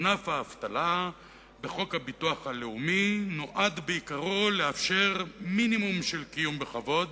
ענף האבטלה בביטוח הלאומי נועד בעיקרו לאפשר מינימום של קיום בכבוד